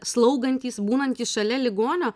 slaugantys būnantys šalia ligonio